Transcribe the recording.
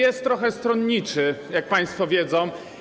jest trochę stronniczy - jak państwo wiedzą.